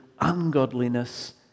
ungodliness